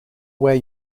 where